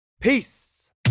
Peace